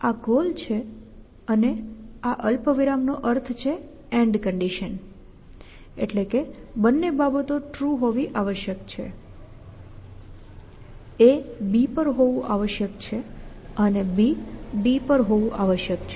તેથી આ ગોલ છે અને આ અલ્પવિરામ નો અર્થ છે AND કન્ડિશન એટલે કે બંને બાબતો ટ્રુ હોવી આવશ્યક છે A B પર હોવું આવશ્યક છે અને B D પર હોવું આવશ્યક છે